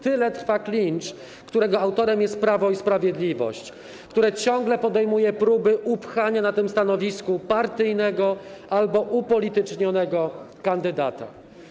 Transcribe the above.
Tyle trwa klincz, którego autorem jest Prawo i Sprawiedliwość, które ciągle podejmuje próby upchania na tym stanowisku partyjnego albo upolitycznionego kandydata.